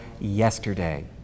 yesterday